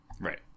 Right